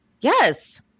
yes